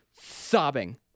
sobbing